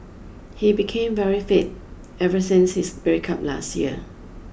he became very fit ever since his breakup last year